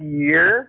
year